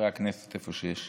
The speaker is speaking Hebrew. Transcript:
חברי הכנסת, איפה שיש,